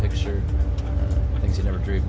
pictures things you never dreamed